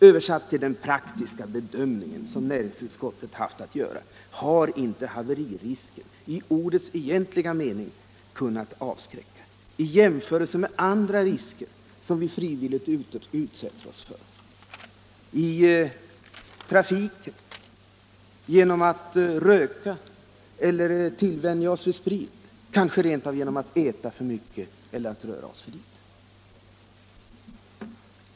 Översatt till den praktiska bedömning som näringsutskottet haft att göra har inte haveririsken — i ordets egentliga mening — kunnat avskräcka i jämförelse med andra risker, som vi frivilligt utsätter oss för: i trafiken, genom att röka eller vänja oss vid sprit, kanske rent av genom att äta för mycket eller att röra oss för litet.